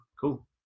Cool